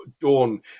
dawn